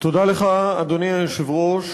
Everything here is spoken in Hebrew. תודה לך, אדוני היושב-ראש.